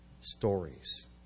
stories